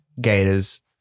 Gators